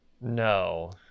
No